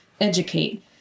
educate